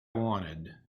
wanted